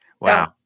Wow